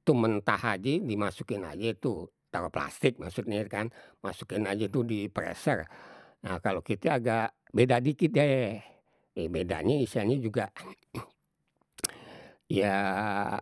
tuh mentah aje, dimasukin aje tu, taruh plastik maksudnye kan masukin aje tuh di preser, nah kalau kita agak beda dikit deh ye bedanye istilahnye juga ya.